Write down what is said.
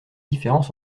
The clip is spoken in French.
différence